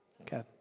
Okay